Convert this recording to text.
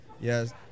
Yes